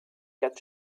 quatre